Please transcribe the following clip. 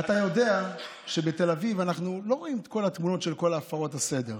אתה יודע שבתל אביב אנחנו לא רואים את כל התמונות של כל הפרות הסגר.